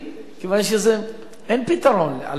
כיוון שאין פתרון על-פי מה שאתה אומר.